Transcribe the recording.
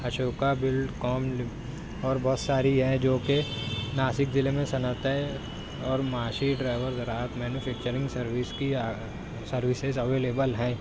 Ashoka blood اور بہت ساری ہیں جو کہ ناسک ضلع میں صنعتیں اور معاشی ڈرائیور زراعت مینوفیکچرنگ سروس کی سروسز اویلیبل ہیں